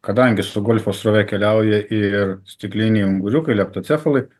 kadangi su golfo srove keliauja ir stikliniai unguriukai leptocefalai